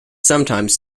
sometimes